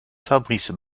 fabrice